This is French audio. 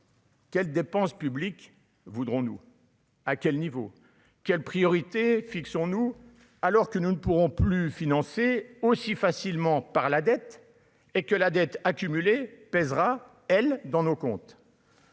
Quelles dépenses publiques voudrons-nous. à quel niveau quelles priorités fixons-nous alors que nous ne pourrons plus financer aussi facilement par la dette et que la dette accumulée pèsera elle dans nos comptes.